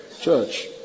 church